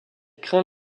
craint